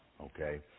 Okay